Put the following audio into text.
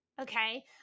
okay